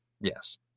Yes